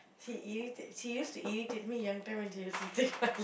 she irritates she used to irritate me young time when she used to take my